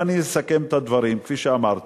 אם אני אסכם את הדברים, כפי שאמרתי,